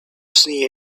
see